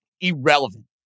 irrelevant